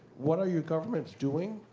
what are your governments doing?